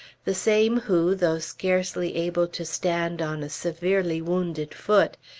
the same who, though scarcely able to stand on a severely wounded foot,